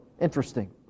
Interesting